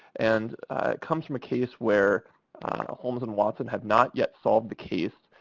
and it comes from a case where holmes and watson have not yet solved the case.